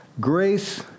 Grace